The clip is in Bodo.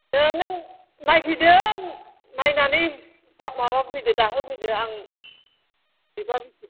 दे नों नायफैदो नायनानै माबाफैदो दाहोफैदो आं बेसेबां